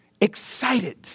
excited